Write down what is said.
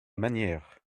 manière